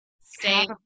stay